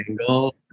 angle